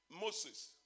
Moses